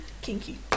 kinky